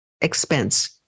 expense